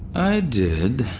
i did.